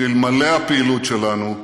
שאלמלא הפעילות שלנו,